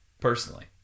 personally